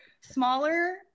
smaller